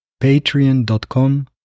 patreon.com